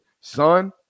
Son